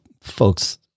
folks